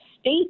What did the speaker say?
state